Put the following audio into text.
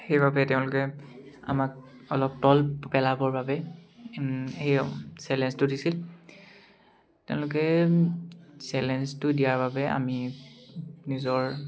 সেইবাবে তেওঁলোকে আমাক অলপ তল পেলাবৰ বাবে সেই চেলেঞ্জটো দিছিল তেওঁলোকে চেলেঞ্জটো দিয়াৰ বাবে আমি নিজৰ